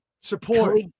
support